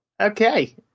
Okay